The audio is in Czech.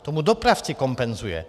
Tomu dopravci kompenzuje.